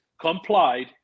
complied